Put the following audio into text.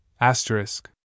asterisk